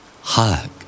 Hug